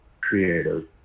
Creative